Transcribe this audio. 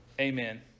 Amen